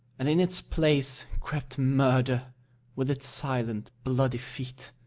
and in its place crept murder with its silent bloody feet.